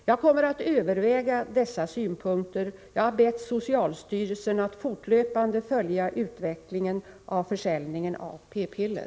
Jag kommer att överväga dessa synpunkter. Jag har bett socialstyrelsen att fortlöpande följa utvecklingen av försäljningen av p-piller.